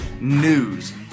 news